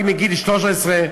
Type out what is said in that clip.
רק מגיל 13,